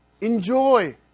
Enjoy